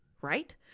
right